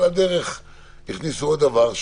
על הדרך הכניסו עוד דבר.